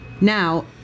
now